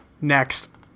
Next